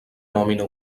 nòmina